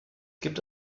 gibt